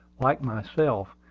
like myself,